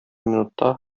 минутта